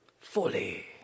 Fully